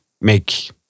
make